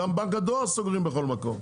גם בנק הדואר סוגרים בכל מקום,